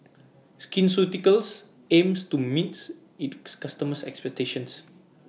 Skin Ceuticals aims to meets IT customers' expectations